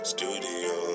Studio